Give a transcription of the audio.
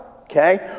okay